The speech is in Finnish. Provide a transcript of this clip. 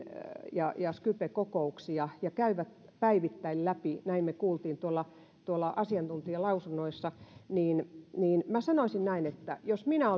ja ja skype kokouksia ja käyvät päivittäin läpi näitä näin me kuulimme tuolla tuolla asiantuntijalausunnoista ja minä sanoisin näin että jos minä